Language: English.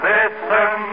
Listen